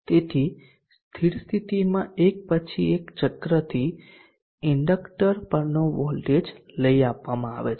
તેથી સ્થિર સ્થિતિમાં એક પછી એક ચક્રથી ઇન્ડકટર પરનોવોલ્ટેજ લઈ આપવામાં આવે છે